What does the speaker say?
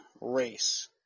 race